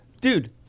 dude